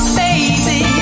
baby